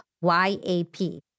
Y-A-P